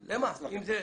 אבל למה?